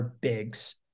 bigs